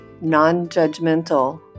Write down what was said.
non-judgmental